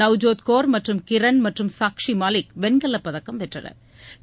நவ்ஜோத் கவுர் கிரண் மற்றும் சாக்ஷி மாலிக் வெண்கல பதக்கம் வென்றனா்